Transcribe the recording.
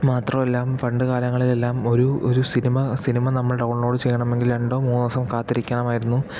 മാത്രല്ല പണ്ടുകാലങ്ങളിൽ എല്ലാം ഒരു ഒരു സിനിമ സിനിമ നമ്മൾ ഡൗൺലോഡ് ചെയ്യണമെങ്കിൽ രണ്ടോ മൂന്നോ ദിവസം കാത്തിരിക്കണമായിരുന്നു